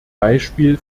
beispiel